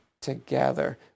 together